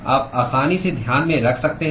आप आसानी से ध्यान में रख सकते हैं